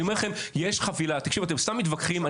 אני אומר לכם שיש חבילה, אתם סתם מתווכחים.